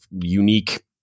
unique